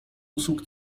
usług